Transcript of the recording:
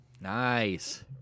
Nice